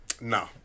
No